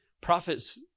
prophets